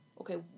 Okay